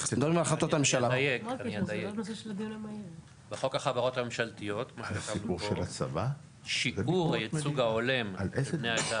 חוק החברות הממשלתיות שיפור הייצוג ההולם של בני העדה